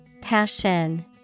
Passion